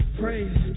praise